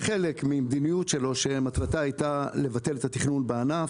כחלק ממדיניות שלו שמטרתה הייתה לבטל את התכנון בענף.